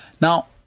Now